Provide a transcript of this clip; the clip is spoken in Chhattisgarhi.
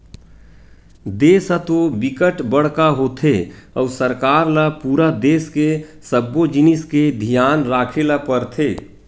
देस ह तो बिकट बड़का होथे अउ सरकार ल पूरा देस के सब्बो जिनिस के धियान राखे ल परथे